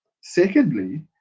Secondly